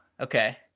Okay